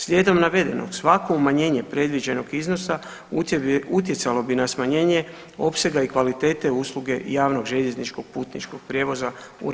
Slijedom navedenog, svako umanjenje predviđenog iznosa utjecalo bi na smanjenje opsega i kvalitete usluge javnog željezničkog putničkog prijevoza u RH.